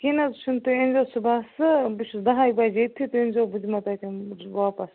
کیٚنٛہہ نہٕ حظ چھُنہٕ تُہۍ أنۍزیو صُبسہٕ بہٕ چھُس دَہاے بَجہِ ییٚتھی تُہۍ أنۍزیو بہٕ دِمو تۄہہِ واپَس